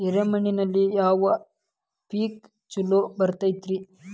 ಎರೆ ಮಣ್ಣಿನಲ್ಲಿ ಯಾವ ಪೇಕ್ ಛಲೋ ಬರತೈತ್ರಿ?